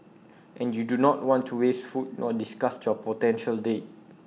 and you do not want to waste food nor disgust your potential date